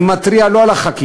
אני מתריע, לא על החקיקה,